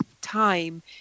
time